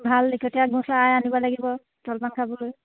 ভাল লিকটীয়া গুড় চাই আনিব লাগিব জলপান খাবলৈ